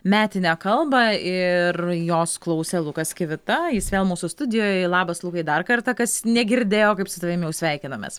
metinę kalbą ir jos klausė lukas kivita jis vėl mūsų studijoj labas lukai dar kartą kas negirdėjo kaip su tavim jau sveikinomės